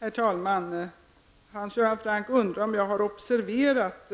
Herr talman! Hans Göran Franck undrar om jag har observerat